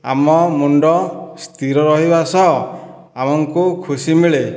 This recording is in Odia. ଆମ ମୁଣ୍ତ ସ୍ଥିର ରହିବା ସହ ଆମକୁ ଖୁସି ମିଳେ